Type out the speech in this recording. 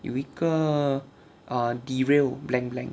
有一个 err derail blank blank